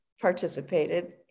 participated